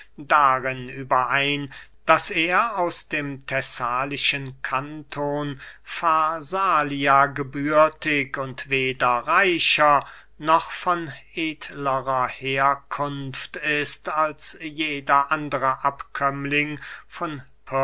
darin überein daß er aus dem thessalischen kanton farsalia gebürtig und weder reicher noch von edlerer herkunft ist als jeder andere abkömmling von